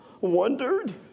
wondered